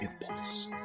impulse